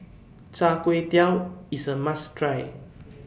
Char Kway Teow IS A must Try